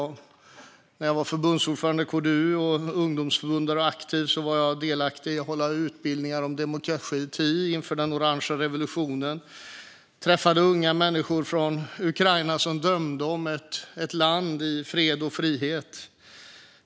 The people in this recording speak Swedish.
När jag var förbundsordförande i KDU höll jag i utbildningar om demokrati inför den orangea revolutionen. Jag träffade unga människor från Ukraina som drömde om ett land i fred och frihet.